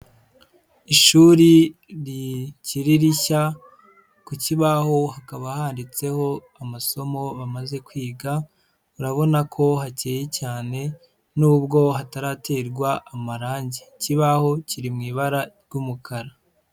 Ishuri rikiri rishya ku kibaho hakaba handitseho amasomo bamaze kwiga, urabona ko hakeye cyane nubwo hataraterwa amarange, ikibaho kiri mu ibara ry'umukara.